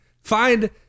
find